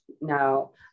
No